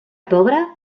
pobre